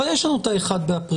אבל יש לנו את ה-1 באפריל.